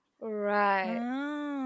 right